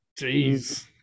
Jeez